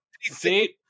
See